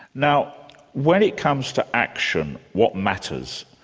now when it comes to action, what matters?